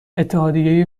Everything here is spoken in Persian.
اتحادیه